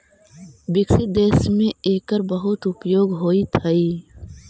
विकसित देश में एकर बहुत उपयोग होइत हई